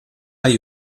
hay